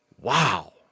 Wow